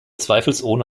zweifelsohne